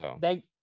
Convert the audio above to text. thank